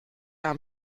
jahr